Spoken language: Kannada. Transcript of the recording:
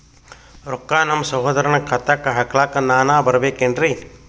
ರೊಕ್ಕ ನಮ್ಮಸಹೋದರನ ಖಾತಾಕ್ಕ ಹಾಕ್ಲಕ ನಾನಾ ಬರಬೇಕೆನ್ರೀ?